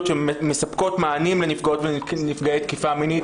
שמספקות מענים לנפגעות ונפגעי תקיפה מינית.